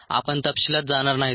आपण तपशीलात जाणार नाहीत